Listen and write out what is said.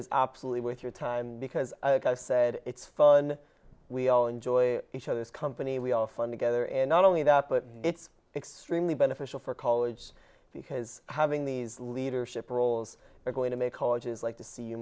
about absolutely worth your time because i said it's fun we all enjoy each other's company we all fun together and not only that but it's extremely beneficial for college because having these leadership roles are going to make colleges like to see